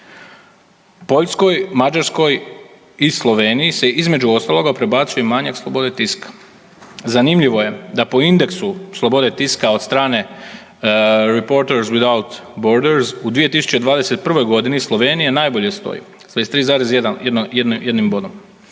Poljskoj, Mađarskoj i Sloveniji se između ostaloga prebacuje manjak slobode tiska. Zanimljivo je da po indeksu slobode tiska od strane Reporters without borders u 2021.g. Slovenija najbolje stoji s 31,1 bodom,